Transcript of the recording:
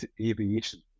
aviation